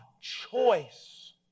choice